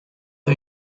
are